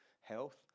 health